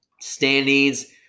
standings